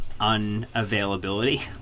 unavailability